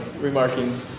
remarking